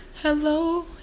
Hello